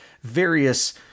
various